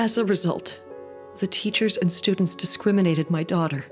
as a result the teachers and students discriminated my daughter